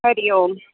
हरिः ओम्